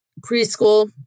preschool